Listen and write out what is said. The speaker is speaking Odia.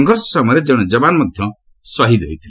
ସଂଘର୍ଷ ସମୟରେ ଜଣେ ଯବାନ ମଧ୍ୟ ଶହୀଦ୍ ହୋଇଥିଲେ